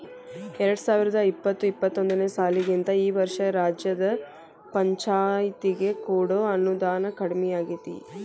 ಎರ್ಡ್ಸಾವರ್ದಾ ಇಪ್ಪತ್ತು ಇಪ್ಪತ್ತೊಂದನೇ ಸಾಲಿಗಿಂತಾ ಈ ವರ್ಷ ರಾಜ್ಯದ್ ಪಂಛಾಯ್ತಿಗೆ ಕೊಡೊ ಅನುದಾನಾ ಕಡ್ಮಿಯಾಗೆತಿ